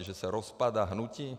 Že se rozpadá hnutí?